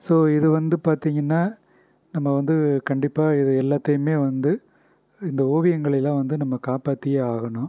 so இது வந்து பார்த்திங்கனா நம்ம வந்து கண்டிப்பாக இது எல்லாத்தையுமே வந்து இந்த ஓவியங்களைலாம் வந்து நம்ம காப்பாற்றியே ஆகணும்